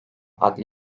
adli